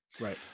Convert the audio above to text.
Right